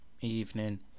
evening